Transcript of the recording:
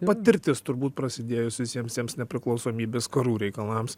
patirtis turbūt prasidėjus visiems tiems nepriklausomybės karų reikalams